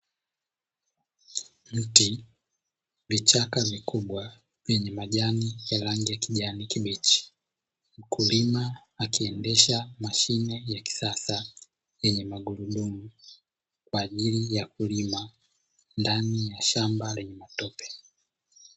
Mti, vichaka vikubwa vyenye majani ya rangi ya kijani kibichi, mkulima akiendesha mashine ya kisasa yenye magurudumu kwaajili ya kulima ndani ya shamba lenye matope.